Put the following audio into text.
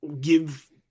give